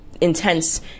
intense